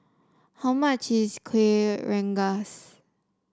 how much is Kueh Rengas